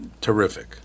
terrific